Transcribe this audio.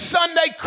Sunday